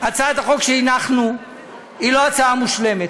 הצעת החוק שהנחנו היא לא הצעה מושלמת.